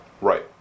Right